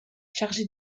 chargé